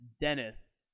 Dennis